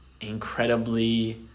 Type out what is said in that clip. incredibly